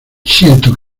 siento